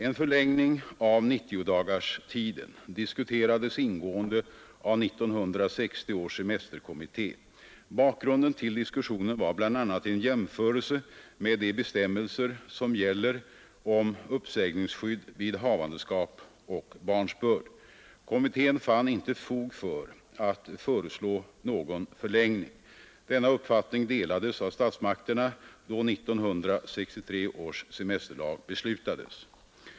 En förlängning av 90-dagarstiden diskuterades ingående av 1960 års semesterkommitté. Bakgrunden till diskussionen var bl.a. en jämförelse med de bestämmelser som gäller om uppsägningsskydd vid havandeskap och barnsbörd. Kommittén fann inte fog för att föreslå någon förlängning. Denna uppfattning delades av statsmakterna då 1963 års semesterlag beslutades.